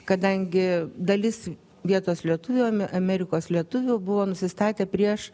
kadangi dalis vietos lietuvių ame amerikos lietuvių buvo nusistatę prieš